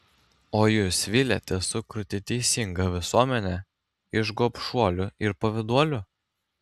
o jūs viliatės sukurti teisingą visuomenę iš gobšuolių ir pavyduolių